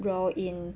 role in